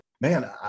man